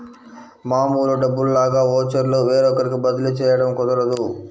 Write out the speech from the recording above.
మామూలు డబ్బుల్లాగా ఓచర్లు వేరొకరికి బదిలీ చేయడం కుదరదు